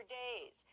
days